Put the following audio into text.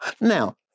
Now